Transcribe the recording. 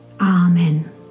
Amen